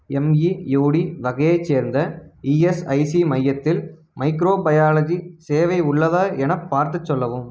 M E U D வகையைச் சேர்ந்த ESIC மையத்தில் மைக்ரோபயாலஜி சேவை உள்ளதா எனப் பார்த்துச் சொல்லவும்